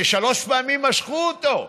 כששלוש פעמים משכו אותו.